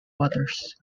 waters